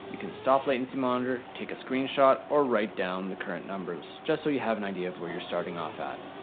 can stop latency monitor, take a screenshot or write down the current numbers, just so you have an idea of where you're starting off at.